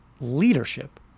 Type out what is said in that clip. leadership